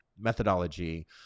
methodology